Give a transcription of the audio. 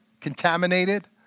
contaminated